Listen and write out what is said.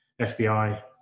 fbi